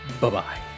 Bye-bye